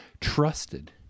trusted